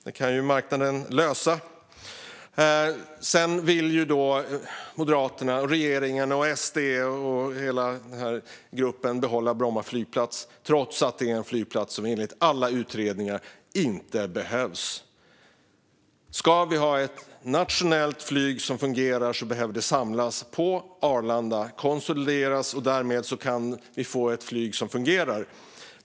Det kan ju marknaden lösa. Moderaterna, regeringen, Sverigedemokraterna och hela den gruppen vill behålla Bromma flygplats trots att den enligt alla utredningar inte behövs. Om det nationella flyget ska fungera behöver det samlas på Arlanda och konsolideras. Därmed kan man få ett flyg som fungerar.